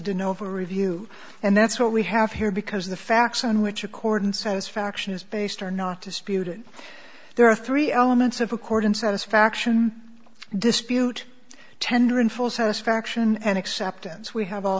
dyno of a review and that's what we have here because the facts on which accordance satisfaction is based are not disputed there are three elements of accord in satisfaction dispute tender in full satisfaction and acceptance we have all